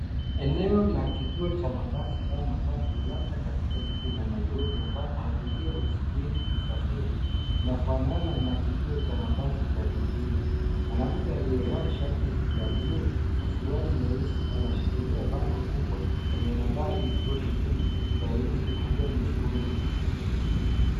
Eneo la kituo cha mabasi au matatu labda katika jiji la Nairobi ambapo abiria husubiri usafiri. Inafanana na kituo cha mabasi cha jijini. Mwanamke aliyevaa shati la bluu na suruali nyeusi anashikilia bango kubwa lenye nambari forty six kwa herufi kubwa nyekundu.